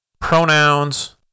pronouns